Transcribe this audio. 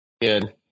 Good